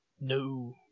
No